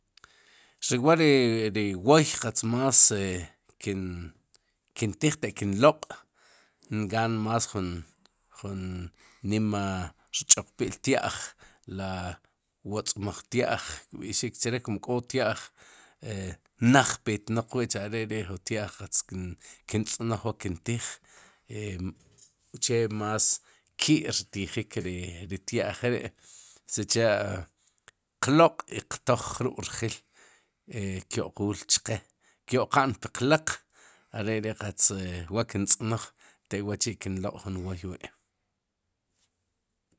Ri wa ri wooy qatz más e kin kintij teq kin loq' nqaan más jun jun nima rch'oqpi'l tya'j la wotz'maj tya'j kb'ixik chre, kun k'o tya'j e naj petnaq wi' cha' are'ri'jun tya'j qatz kin tz'noj wa kin tiij e uche más ki'rtijik ri tya'j ri' sicha'qloq' i qtoj jrub'rjil, e kyo'quul chqe, kyo'qa'n puq laq, are ri wa qatz kin tz'noj teq wa'chi'kin loq'jun woy wi'.